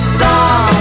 song